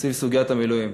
סביב סוגיית המילואים.